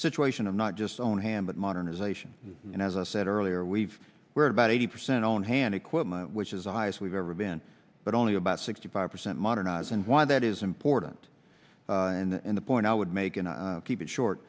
situation of not just own hand but modernization and as i said earlier we've we're about eighty percent on hand equipment which is ice we've ever been but only about sixty five percent modernize and why that is important and the point i would make and keep it short